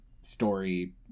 story